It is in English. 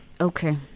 Okay